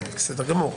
בסדר גמור.